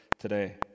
today